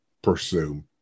pursue